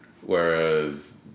whereas